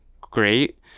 great